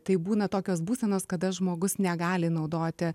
tai būna tokios būsenos kada žmogus negali naudoti